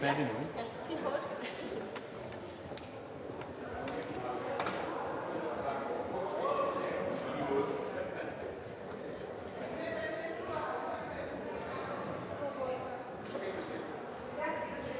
Hvor er det,